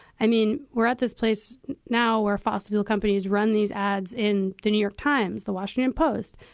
i mean, we're at this place now where fossil fuel companies run these ads in the new york times, the washington post,